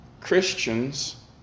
Christians